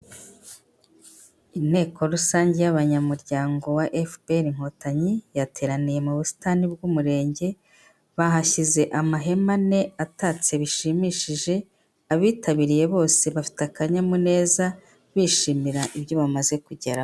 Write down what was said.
Inteko rusange y'abanyamuryango wa FPR inkotanyi, yateraniye mu busitani bw'umurenge, bahashyize amahema ane atatse bishimishije. Abitabiriye bose bafite akanyamuneza, bishimira ibyo bamaze kugeraho.